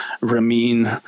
ramin